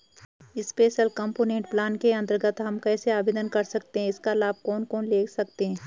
Special component plan के अन्तर्गत हम कैसे आवेदन कर सकते हैं इसका लाभ कौन कौन लोग ले सकते हैं?